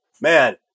Man